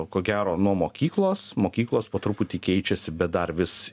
ko gero nuo mokyklos mokyklos po truputį keičiasi bet dar vis